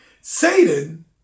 Satan